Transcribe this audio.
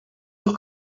you